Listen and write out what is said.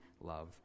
love